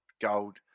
Gold